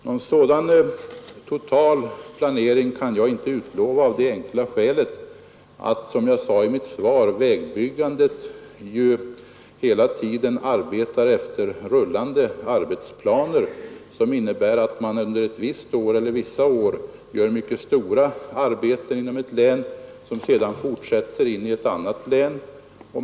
Någon sådan totalplanering kan jag inte utlova av det enkla skälet att, som jag sade i mitt svar, vägbyggandet ju hela tiden sker efter arbetsplaner, vilket innebär att man under vissa år gör mycket stora arbeten inom ett län och sedan fortsätter in i ett annat län.